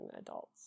adults